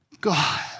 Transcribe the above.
God